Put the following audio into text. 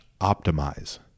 optimize